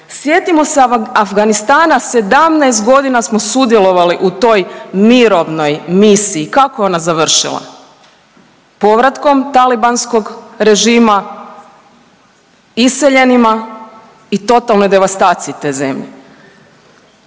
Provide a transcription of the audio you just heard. Sjetimo se Afganistana, 17 godina smo sudjelovali u toj mirovnoj misiji. Kako je ona završila? Povratkom talibanskog režima, iseljenima i totalnoj devastaciji te zemlje.